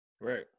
Right